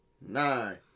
nine